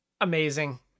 amazing